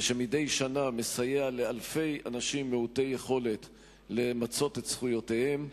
ואשר מדי שנה מסייע לאלפי אנשים מעוטי יכולת למצות את זכויותיהם.